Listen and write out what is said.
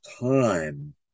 time